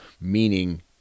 meaning